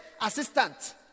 assistant